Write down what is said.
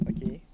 Okay